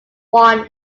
won